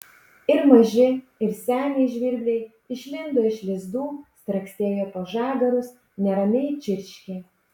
ir maži ir seniai žvirbliai išlindo iš lizdų straksėjo po žagarus neramiai čirškė